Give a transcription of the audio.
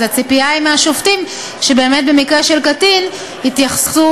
אז הציפייה היא מהשופטים שבאמת במקרה של קטין יתייחסו